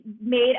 made